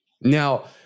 Now